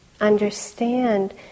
understand